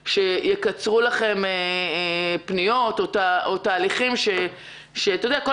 שיקצרו להם את משך הטיפול בפניות או בתהליכים.